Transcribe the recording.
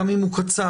גם אם הוא קצר,